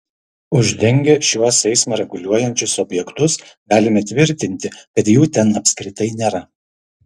uždengę šiuos eismą reguliuojančius objektus galime tvirtinti kad jų ten apskritai nėra